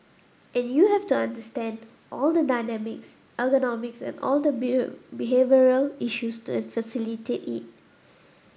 and you have to understand all the dynamics ergonomics all the behavioural issues and facilitate it